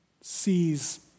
sees